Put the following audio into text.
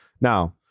Now